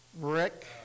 Rick